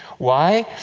why?